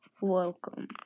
welcome